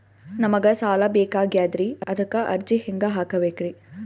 ನಮಗ ಸಾಲ ಬೇಕಾಗ್ಯದ್ರಿ ಅದಕ್ಕ ಅರ್ಜಿ ಹೆಂಗ ಹಾಕಬೇಕ್ರಿ?